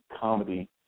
comedy